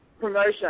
promotion